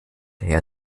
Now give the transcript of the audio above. herr